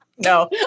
No